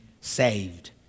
saved